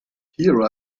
here